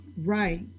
Right